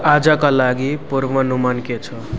आजका लागि पूर्व अनुमान के छ